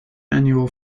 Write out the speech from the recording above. annual